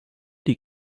die